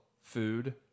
food